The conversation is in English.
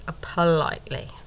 politely